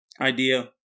idea